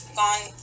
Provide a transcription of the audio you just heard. gone